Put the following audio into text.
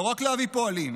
לא רק להביא פועלים,